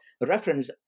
reference